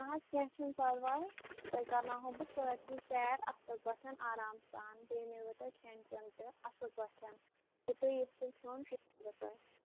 نہَ حظ کیٚنٛہہ چھُنہٕ پرواے تۅہہِ کَرناوہو بہٕ سٲرسٕے سیر اَصٕل پٲٹھۍ آرام سان بیٚیہِ میلوٕ تۅہہِ کھٮ۪ن چٮ۪ن تہِ اَصٕل پٲٹھۍ یہِ تُہۍ ییٚژھِو کھیوٚن تہِ میلوٕ تۅہہِ